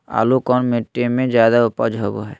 आलू कौन मिट्टी में जादा ऊपज होबो हाय?